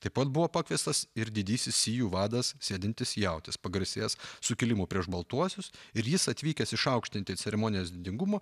taip pat buvo pakviestas ir didysis sju vadas sėdintis jautis pagarsėjęs sukilimu prieš baltuosius ir jis atvykęs išaukštinti ceremonijos didingumo